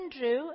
Andrew